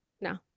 No